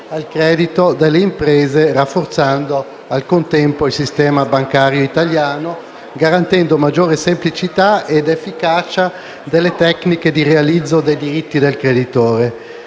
al credito delle imprese, rafforzando al contempo il sistema bancario italiano, garantendo maggiore semplicità ed efficacia delle tecniche di realizzo dei diritti del creditore.